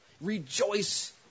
Rejoice